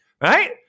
right